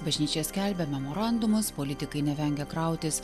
bažnyčia skelbia memorandumus politikai nevengia krautis